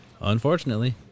Unfortunately